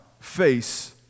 face